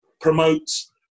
promotes